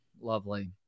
lovely